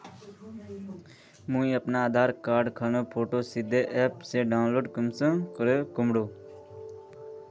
मुई अपना आधार कार्ड खानेर फोटो सीधे ऐप से डाउनलोड कुंसम करे करूम?